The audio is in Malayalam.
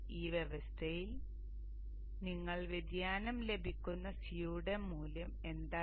ഈ വ്യവസ്ഥയിൽ നിങ്ങൾക്ക് വ്യതിയാനം ലഭിക്കുന്ന C യുടെ മൂല്യം എന്താണ്